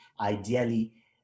ideally